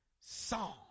song